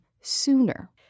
sooner